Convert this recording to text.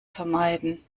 vermeiden